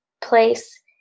place